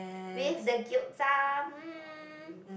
with the gyoza mm